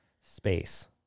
space